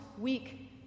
weak